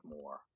more